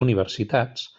universitats